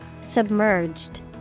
Submerged